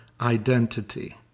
identity